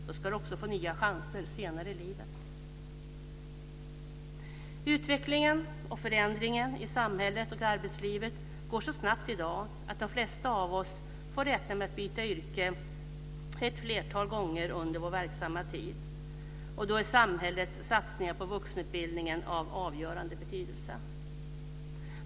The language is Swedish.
Då ska du också få nya chanser senare i livet. Utvecklingen och förändringen i samhället och i arbetslivet går så snabbt i dag att de flesta av oss får räkna med att byta yrke ett flertal gånger under vår verksamma tid. Då är samhällets satsningar på vuxenutbildningen av avgörande betydelse.